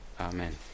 Amen